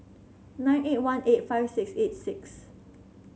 nine eight one eight five six eight six